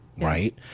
Right